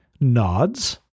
nods